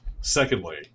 Secondly